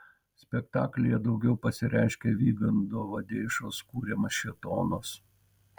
spektaklyje daugiau pasireiškia vygando vadeišos kuriamas šėtonas